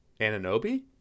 Ananobi